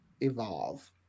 evolve